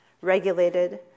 regulated